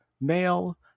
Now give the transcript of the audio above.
male